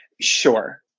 Sure